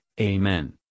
Amen